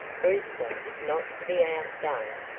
brewster, not to be outdone,